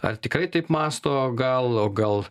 ar tikrai taip mąsto gal o gal